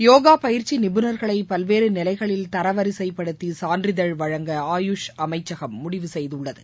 யோகா பயிற்சி நிபுணர்களை பல்வேறு நிலைகளில் தரவரிசைப்படுத்தி சான்றிதழ் வழங்க ஆயுஷ் அமைச்சகம் முடிவு செய்துள்ளது